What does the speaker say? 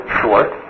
short